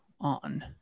on